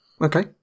Okay